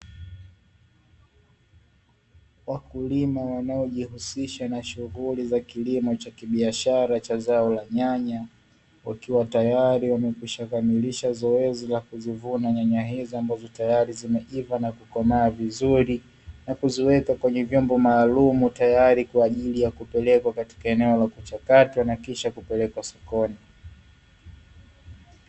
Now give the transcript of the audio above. Wakulima wanaojihusisha na shughuli za kilimo cha kibiashara cha zao la nyanya, wakiwa tayari wamekwisha kamilisha zoezi la kuzivuna nyanya hizo, ambazo tayari zimeivaa na kukomaa vizuri na kuziweka kwenye vyombo maalumu tayari kwa ajili ya kupelekwa katika eneo la kuchakatwa na kisha kupelekwa sokoni.